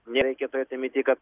nereikia turėti minty kad